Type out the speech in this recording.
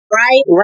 right